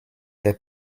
der